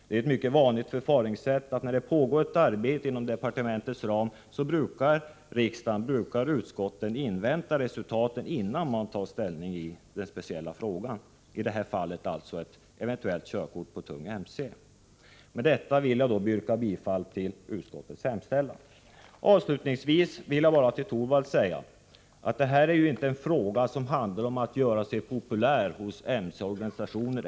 Det är ett mycket vanligt förfaringssätt att utskottet när det pågår ett arbete inom departementets ram brukar invänta resultaten härav innan utskottet tar ställning i den fråga det gäller — i detta fall alltså ett eventuellt körkort för tung mc. Med detta yrkar jag bifall till utskottets hemställan. Avslutningsvis vill jag bara till Torwald säga att det här inte är en fråga om att göra sig populär eller inte hos mc-organisationerna.